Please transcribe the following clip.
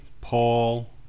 Paul